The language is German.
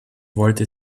wollte